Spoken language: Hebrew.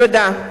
תודה.